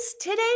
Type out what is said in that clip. today